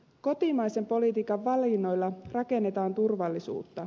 kotimaisen politiikan valinnoilla rakennetaan turvallisuutta